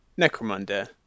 Necromunda